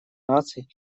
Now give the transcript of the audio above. наций